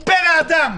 הוא פרא אדם.